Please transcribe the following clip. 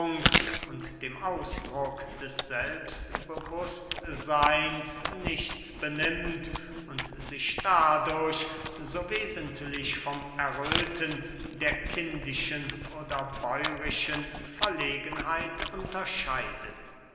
und dem ausdruck des selbstbewußtseyns nichts benimmt und sich dadurch so wesentlich vom erröthen der kindischen oder bäurischen verlegenheit unterscheidet